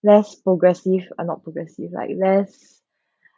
less progressive or not progressive like less